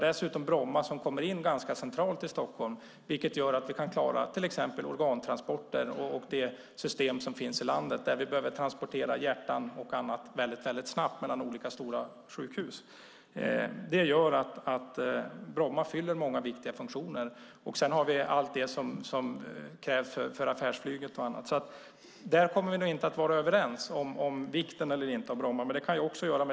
Flygplatsen ligger dessutom ganska centralt i Stockholm, vilket gör att vi kan klara organtransporter och transportera hjärtan och annat snabbt mellan olika stora sjukhus. Bromma fyller alltså många viktiga funktioner. Utöver detta har vi affärsflyget och annat. Vi kommer nog inte att bli överens om vikten eller inte av Bromma.